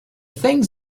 things